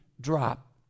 drop